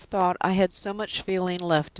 who would have thought i had so much feeling left in me?